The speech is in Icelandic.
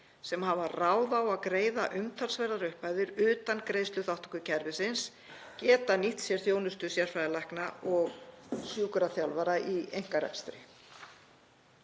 sem hafa ráð á að greiða umtalsverðar upphæðir utan greiðsluþátttökukerfisins geta nýtt sér þjónustu sérfræðilækna og sjúkraþjálfara í einkarekstri.